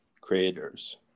creators